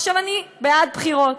עכשיו, אני בעד בחירות,